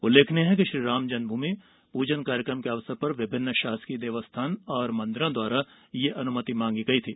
उल्लेखनीय है श्री राम जन्मभूमि पूजन कार्यक्रम के अवसर पर विभिन्न शासकीय देवस्थान और मंदिरो द्वारा उक्त अनुमति माँगी गई थी